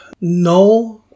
No